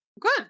Good